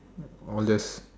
or just